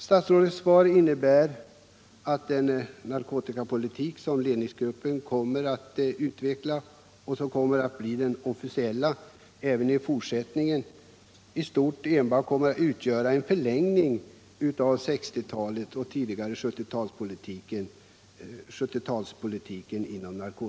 Statsrådets svar innebär att den narkotikapolitik som ledningsgruppen kommer att utveckla, och som blir den officiella även i fortsättningen, i stort enbart kommer att utgöra en förlängning av 1960-talets narkotikapolitik och narkotikapolitiken i början av 1970-talet.